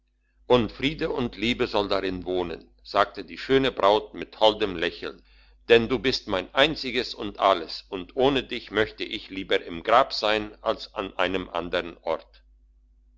und friede und liebe soll darin wohnen sagte die schöne braut mit holdem lächeln denn du bist mein einziges und alles und ohne dich möchte ich lieber im grab sein als an einem andern ort